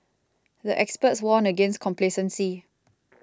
the experts warned against complacency